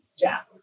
death